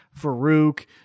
Farouk